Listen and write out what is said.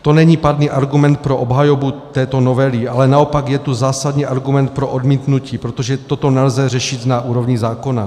To není pádný argument pro obhajobu této novely, ale naopak je to zásadní argument pro odmítnutí, protože toto nelze řešit na úrovni zákona.